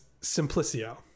simplicio